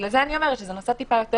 בגלל זה אני אומרת שהנושא טיפה יותר